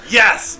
yes